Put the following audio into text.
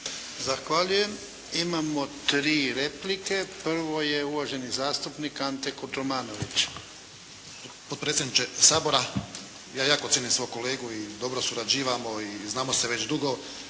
Zahvaljujem. Imamo tri replike. Prvo je uvaženi zastupnik Ante Kotromanović. **Kotromanović, Ante (SDP)** Potpredsjedniče Sabora. Ja jako cijenim svog kolegu i dobro surađujemo, i znamo se već dugo